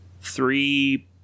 three